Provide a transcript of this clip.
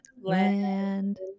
land